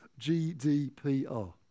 GDPR